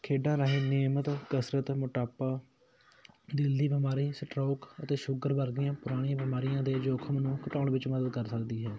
ਖੇਡਾਂ ਰਾਹੀਂ ਨਿਯਮਿਤ ਕਸਰਤ ਮੋਟਾਪਾ ਦਿਲ ਦੀ ਬਿਮਾਰੀ ਸਟਰੋਕ ਅਤੇ ਸ਼ੂਗਰ ਵਰਗੀਆ ਪੁਰਾਣੀਆਂ ਬਿਮਾਰੀਆਂ ਦੇ ਜ਼ੋਖਮ ਨੂੰ ਘਟਾਉਣ ਵਿੱਚ ਮਦਦ ਕਰ ਸਕਦੀ ਹੈ